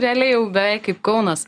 realiai jau beveik kaip kaunas